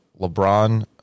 LeBron